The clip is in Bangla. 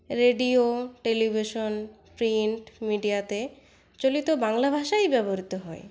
রেডিও টেলিভিশন প্রিন্ট মিডিয়াতে চলিত বাংলা ভাষাই ব্যবহৃত হয়